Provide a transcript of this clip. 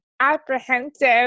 apprehensive